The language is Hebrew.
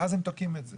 ואז הם תוקעים את זה,